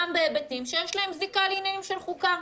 גם בהיבטים שיש להם זיקה לעניינים של חוקה.